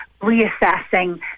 reassessing